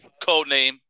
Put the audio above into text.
codename